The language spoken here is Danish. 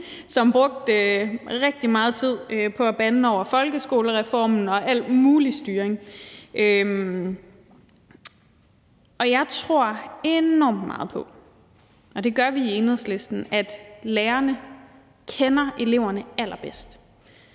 som brugte rigtig meget tid på at bande over folkeskolereformen og al mulig styring, og jeg tror enormt meget på, og det gør vi i Enhedslisten, at lærerne kender eleverne allerbedst.